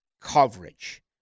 coverage